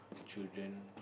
children